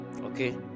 okay